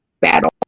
battle